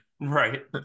Right